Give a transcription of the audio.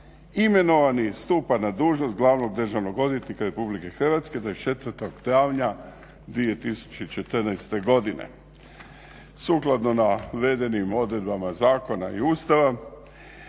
"Imenovani stupa na dužnost glavnog državnog odvjetnika RH 24. travnja 2014.godine." Sukladno navedenim odredbama Zakona i Ustava